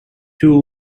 two